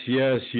yes